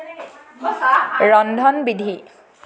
ৰন্ধনবিধি